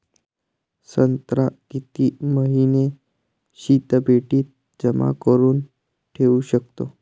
संत्रा किती महिने शीतपेटीत जमा करुन ठेऊ शकतो?